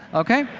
okay?